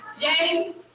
James